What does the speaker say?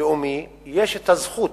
לאומי יש זכות